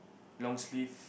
long sleeve